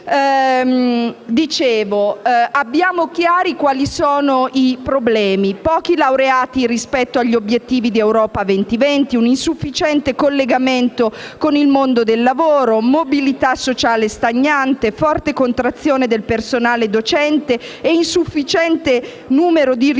Abbiamo chiari quali siano i problemi: pochi laureati rispetto agli obiettivi di Europa 20-20, un insufficiente collegamento con il mondo del lavoro, mobilità sociale stagnante, forte contrazione del personale docente e insufficiente numero di ricercatori